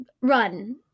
run